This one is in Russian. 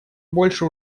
больше